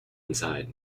inside